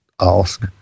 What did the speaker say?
ask